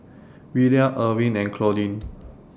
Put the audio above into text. Willia Ervin and Claudine